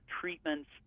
treatments